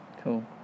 Cool